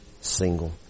single